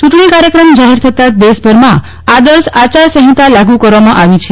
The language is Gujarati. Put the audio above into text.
ચુંટણી કાર્યક્રમ જાહેર થતાં જ દેશભરમાં આદર્શ આચાર સંહિતા લાગુ કરવામાં આવી છે